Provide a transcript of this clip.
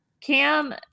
cam